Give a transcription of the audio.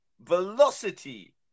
velocity